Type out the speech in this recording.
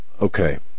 okay